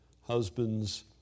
Husbands